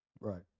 Right